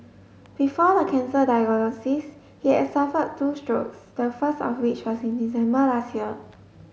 before the cancer diagnosis he had suffered two strokes the first of which was in December last year